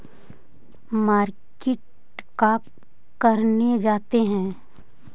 Market का करने जाते हैं?